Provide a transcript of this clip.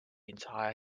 entire